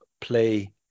play